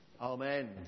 Amen